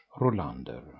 Rolander